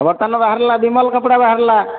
ବର୍ତ୍ତମାନ ବାହାରିଲା ବିମଲ କପଡ଼ା ବାହାରିଲା